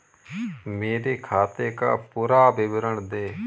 मेरे खाते का पुरा विवरण दे?